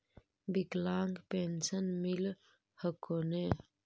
विकलांग पेन्शन मिल हको ने?